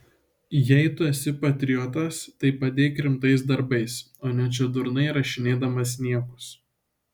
jei tu esi patriotas tai padėk rimtais darbais o ne čia durnai rašinėdamas niekus